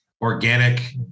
organic